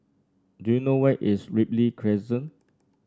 do you know where is Ripley Crescent